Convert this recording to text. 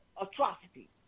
atrocity